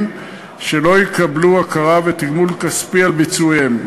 שלא יקבלו הכרה ותגמול כספי על ביצועיהם,